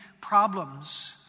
problems